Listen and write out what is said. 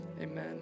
amen